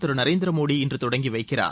திரு நரேந்திர மோடி இன்று தொடங்கி வைக்கிறார்